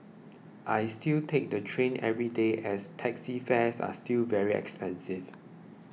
I still take the train every day as taxi fares are still very expensive